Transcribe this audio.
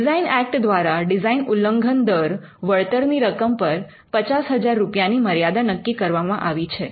design act દ્વારા design ઉલ્લંઘન દર વળતર ની રકમ પર 50000 રૂપિયા ની મર્યાદા નક્કી કરવામાં આવી છે